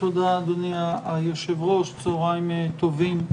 תודה אדוני היושב-ראש, צוהריים טובים.